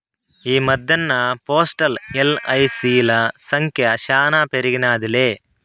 ఈ మద్దెన్న పోస్టల్, ఎల్.ఐ.సి.ల సంఖ్య శానా పెరిగినాదిలే